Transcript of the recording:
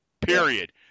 period